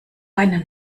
einen